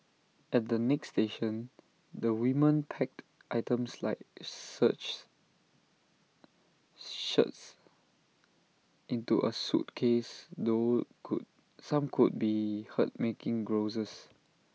at the next station the women packed items like searches shirts into A suitcase though some could be heard making grouses